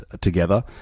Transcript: together